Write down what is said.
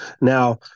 Now